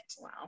Wow